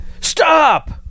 Stop